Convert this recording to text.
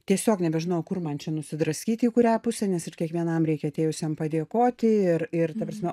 tiesiog nebežinau kur man čia nusidraskyti į kurią pusę nes ir kiekvienam reikia atėjusiam padėkoti ir ir ta prasme